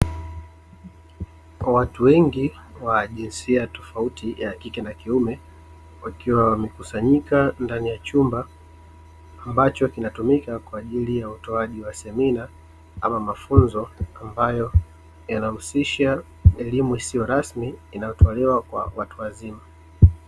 Watu wengi wa jinsia tofauti ya kike na kiume wakiwa wamekusanyika ndani ya chumba, ambacho kinatumika kwa ajili ya utoaji wa semina ama mafunzo, ambayo yanahusisha elimu isiyo rasmi inayotolewa kwa watu wazima.